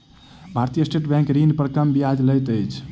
भारतीय state bank ऋण पर कम ब्याज लैत अछि